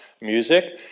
music